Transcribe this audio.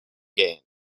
gain